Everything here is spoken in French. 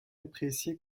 apprécié